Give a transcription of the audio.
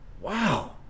Wow